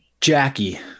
Jackie